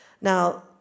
Now